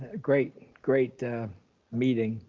great, great meeting